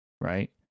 right